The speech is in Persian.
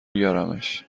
بیارمش